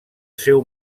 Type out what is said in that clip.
seu